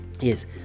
Yes